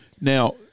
Now